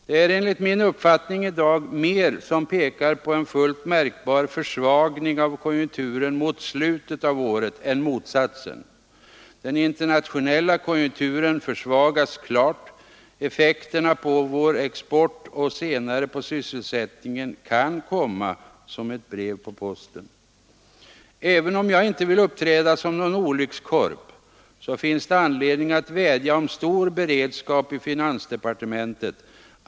Det är enligt min uppfattning i dag mer som pekar på en fullt märkbar försvagning av konjunkturen mot slutet av året än motsatsen. Den internationella konjunkturen försvagas klart. Effekterna på vår export och senare på sysselsättningen kan komma som ett brev på posten. Även om jag inte vill uppträda som någon olyckskorp, så finns det anledning att vädja om stor beredskap i finansdepartementet.